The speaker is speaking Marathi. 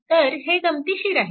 तर हे गंमतीशीर आहे